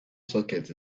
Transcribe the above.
socket